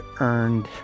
earned